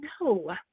No